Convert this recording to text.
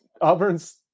Auburn's